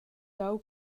dau